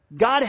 God